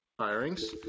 Firings